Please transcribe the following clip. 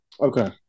Okay